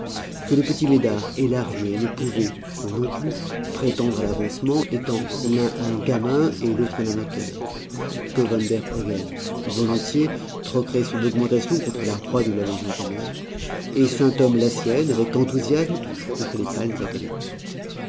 que le petit médare et lahrier ne pouvaient eux non plus prétendre à l'avancement étant l'un un gamin et l'autre un amateur que van der hogen volontiers troquerait son augmentation contre la croix de la légion d'honneur et sainthomme la sienne avec enthousiasme contre les palmes académiques